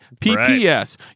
PPS